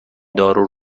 دارو